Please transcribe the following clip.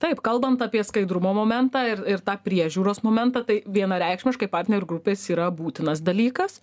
taip kalbant apie skaidrumo momentą ir tą priežiūros momentą tai vienareikšmiškai partnerių grupės yra būtinas dalykas